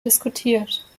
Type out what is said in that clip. diskutiert